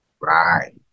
Right